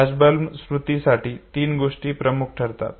flashbulb स्मृतीसाठी तीन गोष्टी प्रमुख ठरतात